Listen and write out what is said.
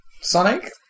Sonic